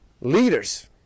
Leaders